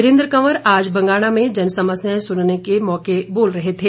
वीरेन्द्र कंवर आज बंगाणा में जनसमस्याएं सुनने के मौके पर बोल रहे थे